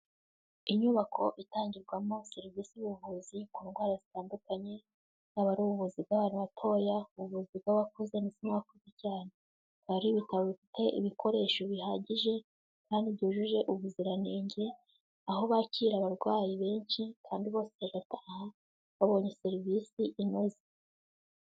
Inyubako itangirwamo serivisi y'ubuvuzi ku ndwara zitandukanye n'abaruvuzi, bwaba ari ubuvuzi bw'abana batoya, ubuvuzi bw'abakuza ndetse n'abakuze cyane, bikaba ari ibitaro bifite ibikoresho bihagije kandi byujuje ubuziranenge, aho bakira abarwayi benshi kandi bose bagataha babonye serivisi inoze.